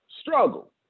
struggle